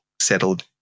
settled